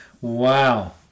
Wow